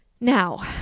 Now